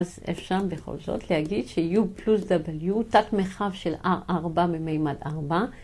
אז אפשר בכל זאת להגיד ש-u פלוס w, תת-מרחב של r4 במימד 4